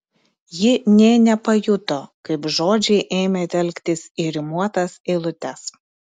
ji nė nepajuto kaip žodžiai ėmė telktis į rimuotas eilutes